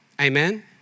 Amen